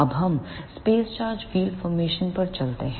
अब हम space charge wheel formation पर चलते हैं